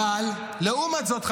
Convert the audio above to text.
לעומת זאת,